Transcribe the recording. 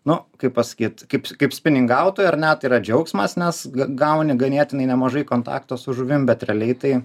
nu kaip pasakyt kaip kaip spiningautojui ar ne tai yra džiaugsmas nes gauni ganėtinai nemažai kontakto su žuvim bet realiai tai